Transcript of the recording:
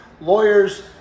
lawyers